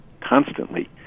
constantly